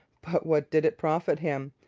but what did it profit him?